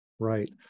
Right